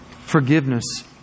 Forgiveness